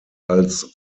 als